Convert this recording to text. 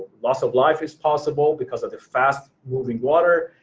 loss of life is possible because of the fast moving water.